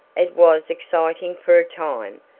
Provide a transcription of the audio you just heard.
it was exciting for a time,